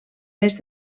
més